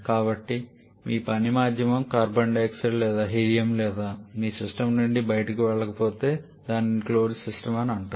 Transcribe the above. కాబట్టి మీ పని మాధ్యమం కార్బన్ డయాక్సైడ్ లేదా హీలియం లేదా మీ సిస్టమ్ నుండి బయటకు వెళ్లకపోతే దానిని క్లోస్డ్ సిస్టం అని అంటారు